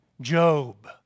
Job